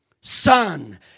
son